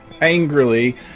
angrily